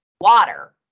water